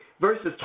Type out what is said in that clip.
verses